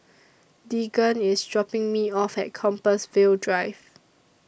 Deegan IS dropping Me off At Compassvale Drive